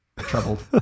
Troubled